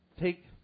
take